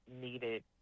needed